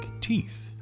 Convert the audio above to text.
teeth